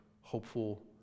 hopeful